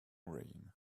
rain